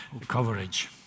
coverage